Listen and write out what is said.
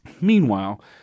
Meanwhile